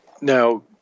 Now